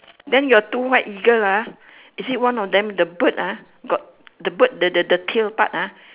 then your two white eagle ah is it one of them the bird ah the bird the the the the tail part ah